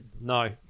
No